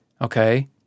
Okay